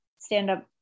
stand-up